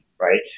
right